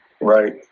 Right